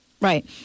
Right